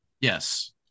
Yes